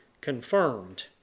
confirmed